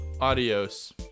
Adios